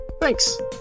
Thanks